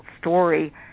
story